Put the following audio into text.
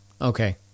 okay